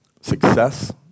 success